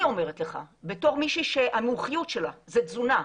אני אומרת לך בתור מישהי שהמומחיות שלה זה תזונה,